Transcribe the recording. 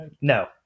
no